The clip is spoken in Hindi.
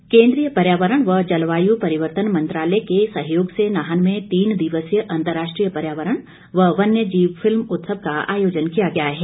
बिंदल केन्द्रीय पर्यावरण व जलवाय् परिवर्तन मंत्रालय के सहयोग से नाहन में तीन दिवसीय अंतर्राष्ट्रीय पर्यावरण व वन्य जीव फिल्म उत्सव का आयोजन किया गया है